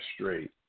straight